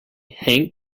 hank